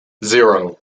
zero